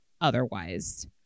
otherwise